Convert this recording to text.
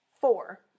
Four